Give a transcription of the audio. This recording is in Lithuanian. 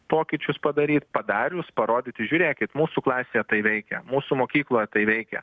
pokyčius padaryt padarius parodyti žiūrėkit mūsų klasėje tai veikia mūsų mokykloje tai veikia